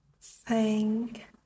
thank